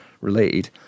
related